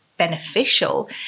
Beneficial